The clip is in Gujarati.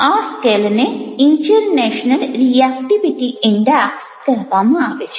આ સ્કેલને ઇન્ટરનેશનલ રિએક્ટિવિટી ઈન્ડેક્સ કહેવામાં આવે છે